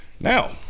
Now